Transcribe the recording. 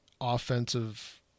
offensive